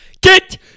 get